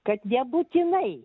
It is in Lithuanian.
kad nebūtinai